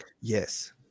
Yes